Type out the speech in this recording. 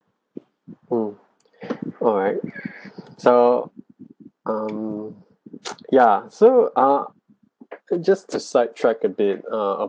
oh alright so um yeah so ah could just to side track a bit ah